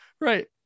Right